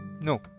No